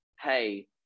hey